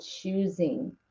choosing